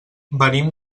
venim